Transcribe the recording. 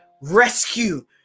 rescue